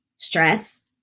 stress